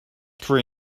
true